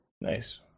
Nice